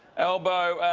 albo,